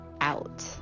out